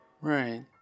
Right